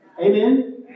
Amen